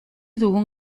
dugun